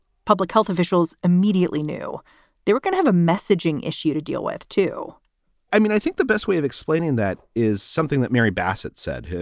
public health officials immediately knew they were gonna have a messaging issue to deal with, too i mean, i think the best way of explaining that is something that mary bassett said.